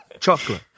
Chocolate